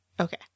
Okay